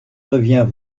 revient